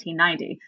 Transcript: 1990